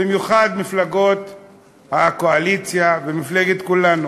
במיוחד מפלגות הקואליציה ומפלגת כולנו.